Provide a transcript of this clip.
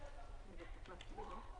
הצבעה אושר.